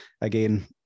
Again